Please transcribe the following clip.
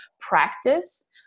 practice